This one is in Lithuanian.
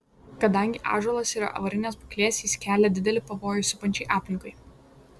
kadangi ąžuolas yra avarinės būklės jis kelia didelį pavojų supančiai aplinkai